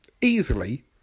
easily